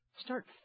Start